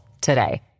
today